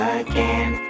again